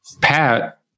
Pat